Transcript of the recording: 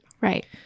Right